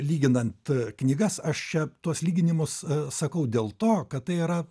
lyginant knygas aš čia tuos lyginimus sakau dėl to kad tai yra